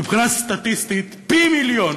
מבחינה סטטיסטית, פי-מיליון